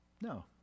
no